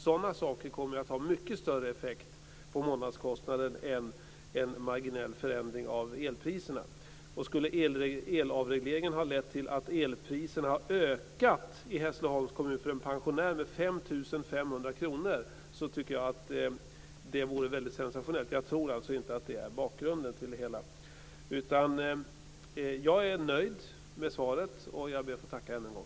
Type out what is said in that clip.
Sådana saker kommer att ha mycket större effekt på månadskostnaden än en marginell förändring av elpriserna. Skulle elavregleringen ha lett till att elpriserna ökat i Hässleholms kommun för en pensionär med 5 500 kr tycker jag att det vore väldigt sensationellt. Jag tror inte att det är bakgrunden till det hela. Jag är nöjd med svaret. Jag ber att få tacka än en gång.